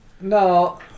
No